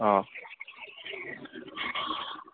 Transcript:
অ'